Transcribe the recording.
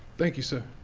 thank you, sir.